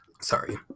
Sorry